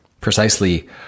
Precisely